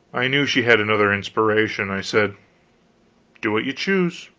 i knew she had another inspiration. i said do what you choose.